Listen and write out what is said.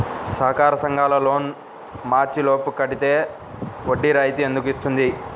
సహకార సంఘాల loan March లోపు కట్టితే వడ్డీ రాయితీ ఎందుకు ఇస్తుంది?